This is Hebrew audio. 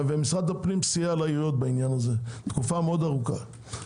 משרד הפנים סייע לעיריות בעניין הזה תקופה מאוד ארוכה.